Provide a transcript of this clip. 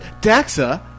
Daxa